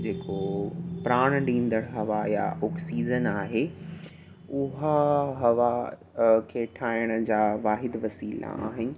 जेको प्राण ॾींदड़ु हवा यां ऑक्सीज़न आहे उहा हवा खे ठाहिण जा वाहिद वसीला आहिनि